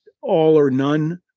all-or-none